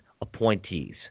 appointees